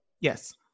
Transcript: Yes